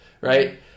right